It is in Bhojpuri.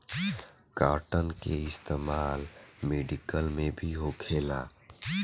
कॉटन के इस्तेमाल मेडिकल में भी होखेला